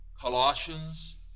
Colossians